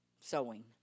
sewing